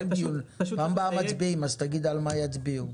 אין דיון, פעם הבאה הצבעות אז תגיד על מה מצביעים.